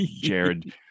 Jared